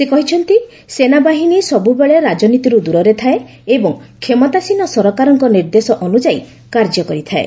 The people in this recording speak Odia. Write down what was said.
ସେ କହିଛନ୍ତି ସେନାବାହିନୀ ସବୁବେଳେ ରାଜନୀତିରୁ ଦୂରରେ ଥାଏ ଏବଂ କ୍ଷମତାସୀନ ସରକାରଙ୍କ ନିର୍ଦ୍ଦେଶ ଅନୁଯାୟୀ କାର୍ଯ୍ୟ କରିଥାଏ